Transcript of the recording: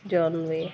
John వే